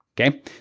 Okay